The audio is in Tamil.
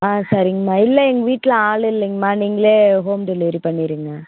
ஆ சரிங்கமா இல்லை எங்க வீட்டில் ஆள் இல்லைங்கமா நீங்களே ஹோம் டெலிவரி பண்ணிடுங்க